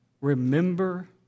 remember